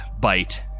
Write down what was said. bite